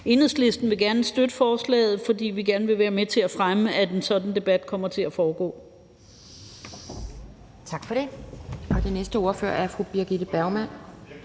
Enhedslisten vil gerne støtte forslaget, fordi vi gerne vil være med til at fremme, at en sådan debat kommer til at foregå.